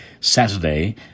Saturday